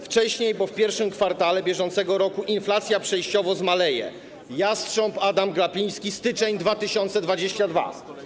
Wcześniej, bo w I kwartale br., inflacja przejściowo zmaleje - jastrząb Adam Glapiński, styczeń 2022 r.